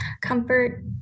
comfort